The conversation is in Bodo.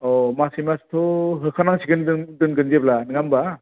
अह मासे मासेथ' होखानांसिगोन जों दोनगोन जेब्ला नोङा होमबा